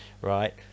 right